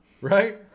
right